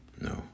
no